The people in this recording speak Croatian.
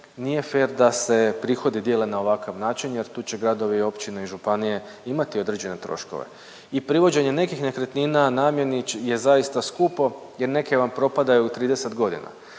nije fer da se prihodi dijele na ovakav način jer ti će gradovi, općine i županije imati određene troškove. I privođenje nekih nekretnina namjeni je zaista skupo jer neke vam propadaju 30 godina.